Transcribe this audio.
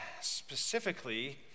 Specifically